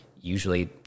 Usually